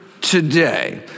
today